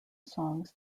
songs